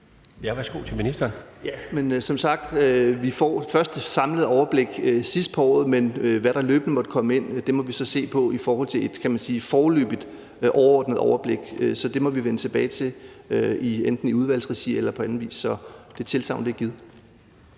landbrug og fiskeri (Jacob Jensen): Som sagt får vi først det samlede overblik sidst på året. Men hvad der løbende måtte komme ind, må vi så se på i forhold til et, kan man sige foreløbigt overordnet overblik – så det må vi vende tilbage til, enten i udvalgsregi eller på anden vis. Så det tilsagn er givet.